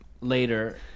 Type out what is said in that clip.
later